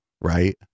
right